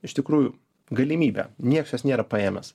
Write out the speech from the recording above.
iš tikrųjų galimybę nieks jos nėra paėmęs